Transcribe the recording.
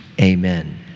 Amen